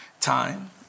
Time